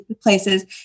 places